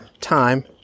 time